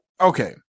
okay